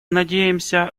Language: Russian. надеемся